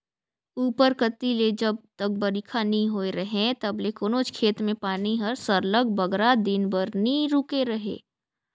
उपर कती ले जब तक बरिखा नी होए रहें तब ले कोनोच खेत में पानी हर सरलग बगरा दिन बर नी रूके रहे